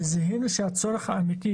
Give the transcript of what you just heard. וזיהינו שהצורך האמיתי,